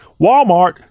Walmart